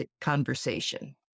conversation